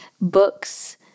Books